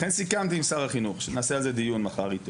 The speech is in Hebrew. לכן סיכמתי עם שר החינוך שנעשה על זה דיון מוחרתיים איתו.